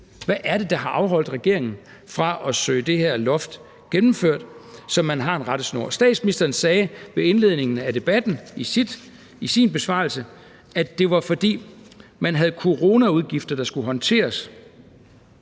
Hvad er det, der har afholdt regeringen fra at søge det her loft gennemført, så man har en rettesnor? Statsministeren sagde ved indledningen af debatten i sin besvarelse, at det var, fordi man havde coronaudgifter, der skulle håndteres.